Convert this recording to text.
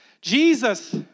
Jesus